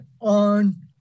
on